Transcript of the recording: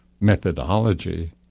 methodology